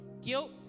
guilt